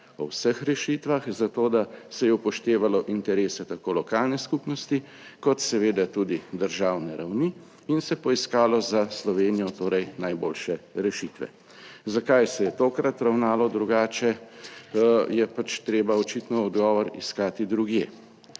o vseh rešitvah, zato da se je upoštevalo interese tako lokalne skupnosti kot seveda tudi državne ravni in se poiskalo za Slovenijo torej najboljše rešitve. Zakaj se je tokrat ravnalo drugače Je pač treba očitno odgovor iskati drugje.